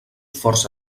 força